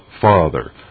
Father